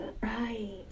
Right